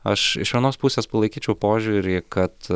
aš iš anos pusės palaikyčiau požiūrį kad